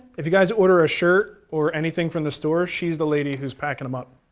if you guys order a shirt or anything from the store, she's the lady who's packing them up.